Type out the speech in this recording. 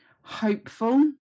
hopeful